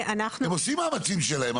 הם עושים מאמצים שלהם,